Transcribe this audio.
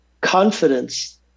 confidence